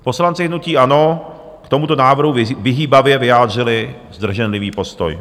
Poslanci hnutí ANO k tomuto návrhu vyhýbavě vyjádřili zdrženlivý postoj.